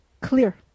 Clear